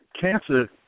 Cancer